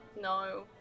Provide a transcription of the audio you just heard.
No